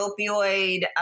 opioid